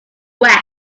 west